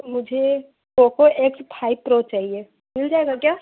मुझे Poco X five Pro चाहिए मिल जाएगा क्या